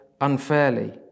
unfairly